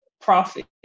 profit